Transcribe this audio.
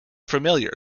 familiar